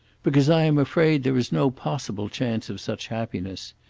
because i am afraid there is no possible chance of such happiness.